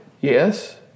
Yes